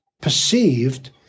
perceived